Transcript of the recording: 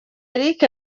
eric